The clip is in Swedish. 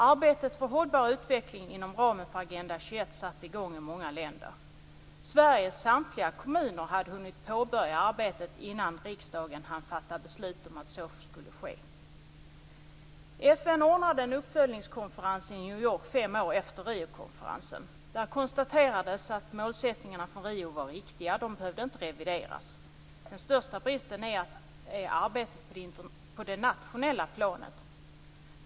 Arbetet för en hållbar utveckling inom ramen för Agenda 21 satte i gång i många länder. Sveriges samtliga kommuner hade hunnit påbörja arbetet innan riksdagen hann fatta beslut om att så skulle ske. FN ordnade en uppföljningskonferens i New York fem år efter Riokonferensen. Där konstaterades att målsättningarna från Rio var riktiga; de behövde inte revideras. Den största bristen är arbetet på det nationella planet.